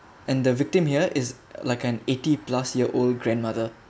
and the victim here is like an eighty plus year old grandmother